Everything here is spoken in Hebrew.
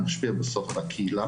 נחים במשך כמה שעות ואז חוזרים לעבודה.